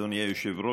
אדוני היושב-ראש,